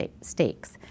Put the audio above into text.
stakes